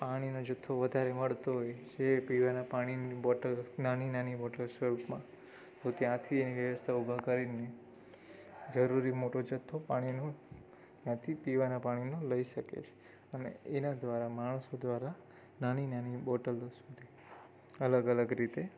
પાણીનો જથ્થો વધારે મળતો હોય જે પીવાનાં પાણીની બોટલ નાની નાની બોટલ સ્વરૂપમાં તો ત્યાંથી એની વ્યવસ્થા ઊભા કરીને જરૂરી મોટો જથ્થો પાણીનો ત્યાંથી પીવાના પાણીનો લઈ શકે છે અને એના દ્વારા માણસો દ્વારા નાની નાની બોટલો સુધી અલગ અલગ રીતે